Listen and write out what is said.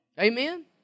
Amen